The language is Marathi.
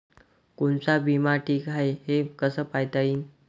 कोनचा बिमा ठीक हाय, हे कस पायता येईन?